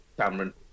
Cameron